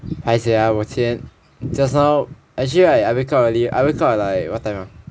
paiseh ah 我今天 just now actually I wake up early I wake up at like what time ah